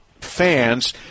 fans